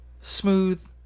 smooth